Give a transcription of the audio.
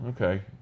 okay